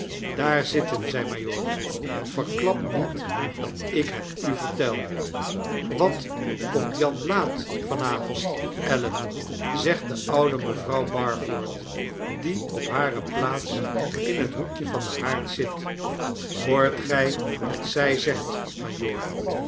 daar zitten zy majoor verklap niet dat ik het u vertel wat komt jan laat van avond ellen zegt de oude mevrouw barford die op hare plaats in het hoekje van den haard zit hoort gy wat zy zegt